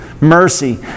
Mercy